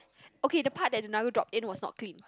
okay the part that the nugget dropped in was not clean